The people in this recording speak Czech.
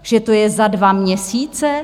Že to je za dva měsíce?